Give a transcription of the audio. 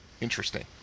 interesting